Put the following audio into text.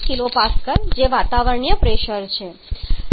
325 kPa જે વાતાવરણીય pressure છે